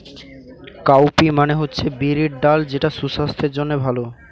cowpea মানে হচ্ছে বিরির ডাল যেটা সুসাস্থের জন্যে ভালো